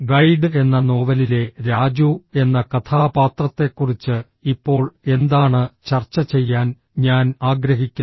guide എന്ന നോവലിലെ രാജു എന്ന കഥാപാത്രത്തെക്കുറിച്ച് ഇപ്പോൾ എന്താണ് ചർച്ച ചെയ്യാൻ ഞാൻ ആഗ്രഹിക്കുന്നത്